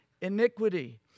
iniquity